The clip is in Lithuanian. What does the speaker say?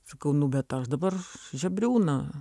sakau nu bet aš dabar žebriūną